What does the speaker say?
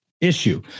issue